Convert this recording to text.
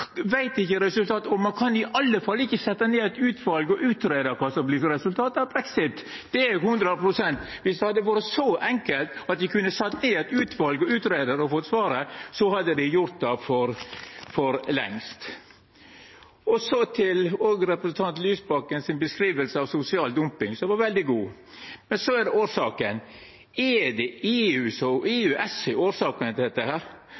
kan i alle fall ikkje setja ned eit utval og greia ut kva som vert resultatet av brexit. Det er 100 pst. Viss det hadde vore så enkelt – å setja ned eit utval, greia ut og få svaret – hadde dei gjort det for lengst. Representanten Lysbakkens beskriving av sosial dumping var veldig god, men kva med årsaka? Er det EU og EØS som er årsaka til dette?